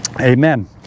Amen